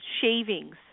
shavings